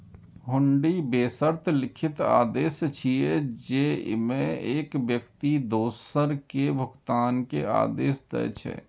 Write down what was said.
हुंडी बेशर्त लिखित आदेश छियै, जेइमे एक व्यक्ति दोसर कें भुगतान के आदेश दै छै